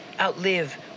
outlive